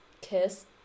Kiss